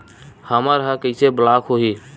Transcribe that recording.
हमर ह कइसे ब्लॉक होही?